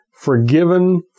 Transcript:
Forgiven